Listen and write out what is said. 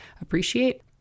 appreciate